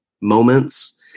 moments